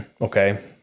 okay